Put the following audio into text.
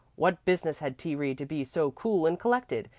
what business had t. reed to be so cool and collected?